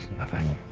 nothing,